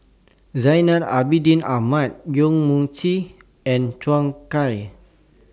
Zainal Abidin Ahmad Yong Mun Chee and Zhou Can